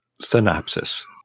synopsis